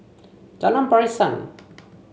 Jalan Pasiran